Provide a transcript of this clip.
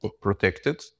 protected